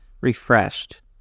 refreshed